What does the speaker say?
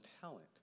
talent